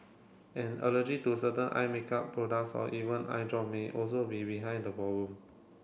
an allergy to certain eye makeup products or even eye drop may also be behind the problem